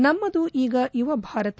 ನಮ್ದದು ಈಗ ಯುವ ಭಾರತ